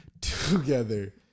together